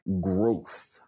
growth